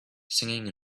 singing